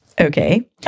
Okay